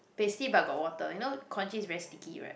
pasty but got water you know congee is very sticky right